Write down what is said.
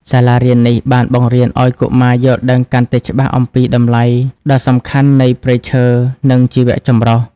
សាលារៀននេះបានបង្រៀនឱ្យកុមារយល់ដឹងកាន់តែច្បាស់អំពី តម្លៃដ៏សំខាន់នៃព្រៃឈើ និងជីវៈចម្រុះ។